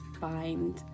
find